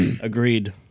Agreed